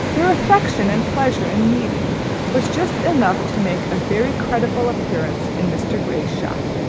their affection and pleasure in meeting was just enough to make a very creditable appearance in mr. gray's shop.